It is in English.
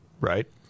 Right